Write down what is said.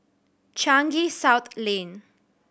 Changi South Lane